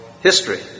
history